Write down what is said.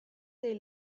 dei